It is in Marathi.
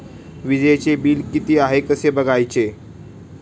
वीजचे बिल किती आहे कसे बघायचे?